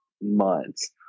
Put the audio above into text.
months